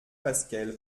fasquelle